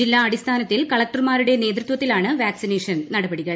ജില്ലാടിസ്ഥാന ത്തിൽ കലക്ടർമാരുടെ നേതൃത്വത്തിലാണ് വാക്സിനേഷൻ നടപ ടികൾ